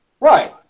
Right